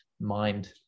mind